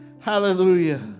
Hallelujah